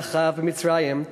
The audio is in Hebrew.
לאחיו במצרים,